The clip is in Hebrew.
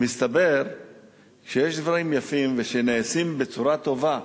מסתבר שכשיש דברים יפים שנעשים בצורה טובה,